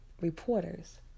reporters